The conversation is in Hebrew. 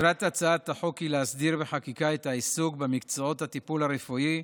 מטרת הצעת החוק היא להסדיר בחקיקה את העיסוק במקצועות הטיפול הרפואי,